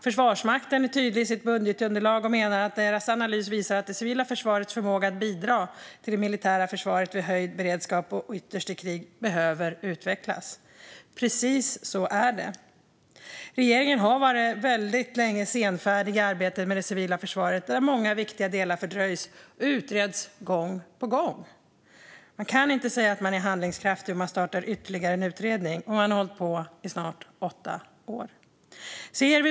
Försvarsmakten är tydlig i sitt budgetunderlag och menar att deras analys visar att det civila försvarets förmåga att bidra till det militära försvaret vid höjd beredskap och ytterst krig behöver utvecklas. Precis så är det. Regeringen har väldigt länge varit senfärdig i arbetet med det civila försvaret, där många viktiga delar fördröjs och utreds gång på gång. Man kan inte säga att man är handlingskraftig om man startar ytterligare en utredning, och man har hållit på i snart åtta år.